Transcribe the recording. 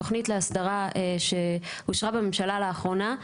התוכנית להסדרה שאושרה בממשלה לאחרונה.